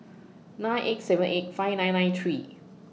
nine eight seven eight five nine nine three